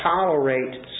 tolerate